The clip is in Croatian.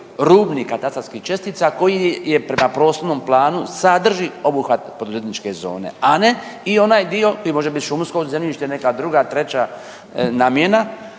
rubni katastarskih čestica koji je prema prostornom planu sadrži obuhvat poduzetničke zone, a ne i onaj dio koji može biti šumsko zemljište, neka druga, treća namjena,